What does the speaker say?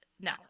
No